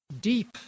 deep